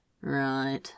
right